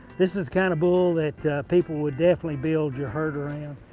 this is kind of bull that people would definitely build your hard around.